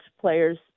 players